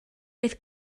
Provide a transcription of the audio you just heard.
beth